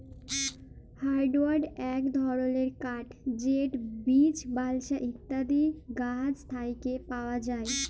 hardwood ইক ধরলের কাঠ যেট বীচ, বালসা ইত্যাদি গাহাচ থ্যাকে পাউয়া যায়